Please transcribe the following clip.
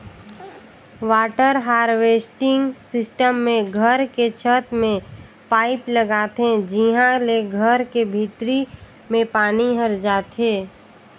water harvesting system मे घर के छत में पाईप लगाथे जिंहा ले घर के भीतरी में पानी हर जाथे